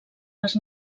les